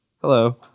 Hello